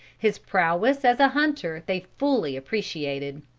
his prowess as a hunter they fully appreciated.